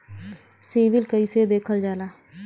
CIBIL कैसे देखल जाला?